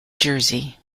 jersey